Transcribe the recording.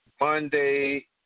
Monday